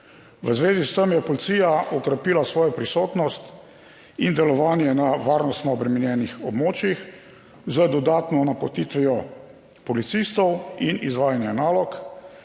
V zvezi s tem je policija okrepila svojo prisotnost in delovanje na varnostno obremenjenih območjih z dodatno napotitvijo policistov in izvajanje nalog